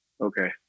Okay